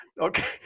Okay